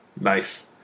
Nice